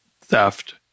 theft